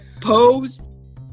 pose